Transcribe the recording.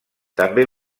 també